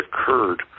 occurred